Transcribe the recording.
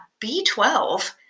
B12